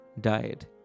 died